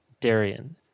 Darian